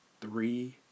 three